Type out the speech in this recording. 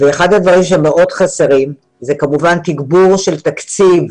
אחד הדברים שמאוד חסרים זה כמובן תגבור תקציב